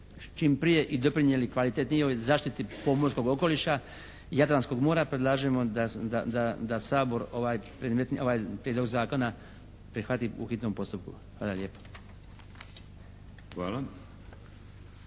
čim prije i doprinijeli kvalitetnijoj zaštiti pomorskog okoliša Jadranskog mora predlažemo da Sabor ovaj prijedlog zakona prihvati u hitnom postupku. Hvala lijepo.